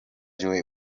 graduate